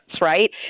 right